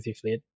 fleet